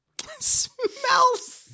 Smells